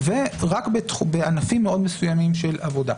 ורק בענפים מאוד מסוימים של עבודה.